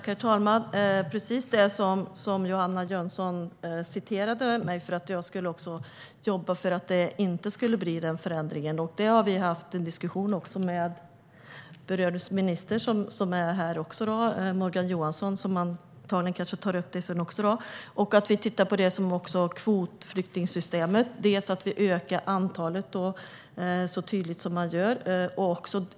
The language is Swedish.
Herr talman! Precis som Johanna Jönsson citerade mig, om att jag skulle jobba för att det inte skulle bli den förändringen, har vi haft en diskussion om med berörd minister, Morgan Johansson. Han tar kanske upp det också i dag. Vi tittar på kvotflyktingsystemet och ökar antalet kvotflyktingar.